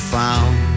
found